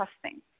trusting